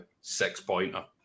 Six-pointer